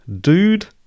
Dude